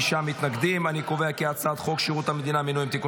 ההצעה להעביר את הצעת חוק שירות המדינה (מינויים) (תיקון